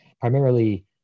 primarily